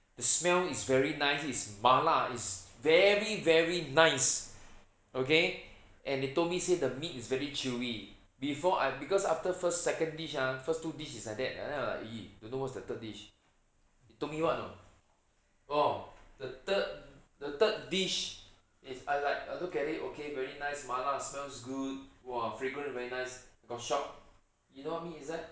the smell is very nice is mala is very very nice okay and they told me say the meat is very chewy before I because after first second dish ha first two dish is like that then I'm like !ee! don't know what's the third dish they told me what you know orh the third the third dish is I like I look at it okay very nice mala smells good !wah! fragrance very nice I got a shock you know what meat is that